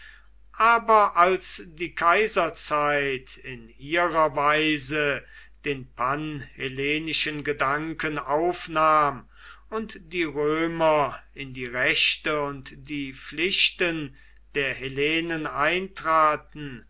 aber als die kaiserzeit in ihrer weise den panhellenischen gedanken aufnahm und die römer in die rechte und die pflichten der hellenen eintraten